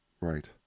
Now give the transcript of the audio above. Right